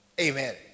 Amen